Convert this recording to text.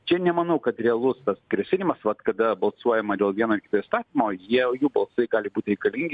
čia nemanau kad realus grasinimas vat kada balsuojama dėl vieno ar kito įstatymo jie jų balsai gali būt reikalingi